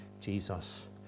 Jesus